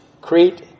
Crete